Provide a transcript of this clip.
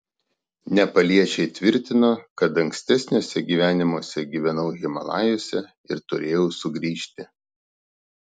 nepaliečiai tvirtino kad ankstesniuose gyvenimuose gyvenau himalajuose ir turėjau sugrįžti